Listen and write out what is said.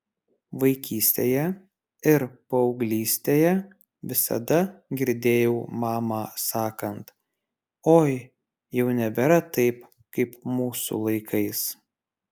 vaikystėje ir paauglystėje visada girdėjau mamą sakant oi jau nebėra taip kaip mūsų laikais